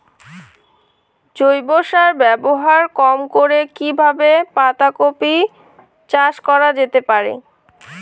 জৈব সার ব্যবহার কম করে কি কিভাবে পাতা কপি চাষ করা যেতে পারে?